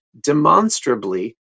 demonstrably